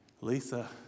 Lisa